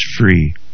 free